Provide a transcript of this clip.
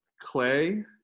clay